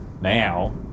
now